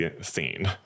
scene